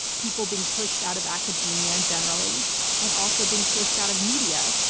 people being pushed out of academia and generally and also being pushed out of media.